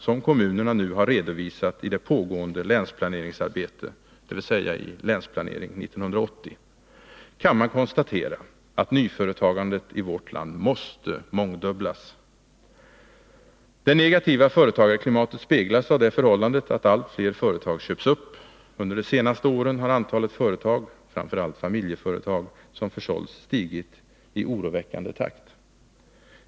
som kommunerna nu har redovisat i det pågående länsplaneringsarbetet, dvs. i Länsplanering 80, kan man konstatera att nyföretagandet i vårt land måste mångdubblas. Det negativa företagarklimatet speglas av det förhållandet att allt fler företag köps upp. Under de senaste åren har antalet företag, framför allt familjeföretag, som försålts stigit i oroväckande takt.